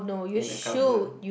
in a cover